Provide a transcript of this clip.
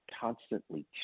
constantly